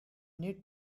need